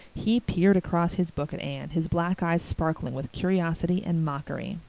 he peered across his book at anne, his black eyes sparkling with curiosity and mockery.